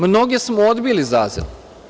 Mnoge smo odbili za azil.